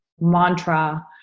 mantra